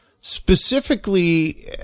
specifically